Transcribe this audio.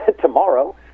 tomorrow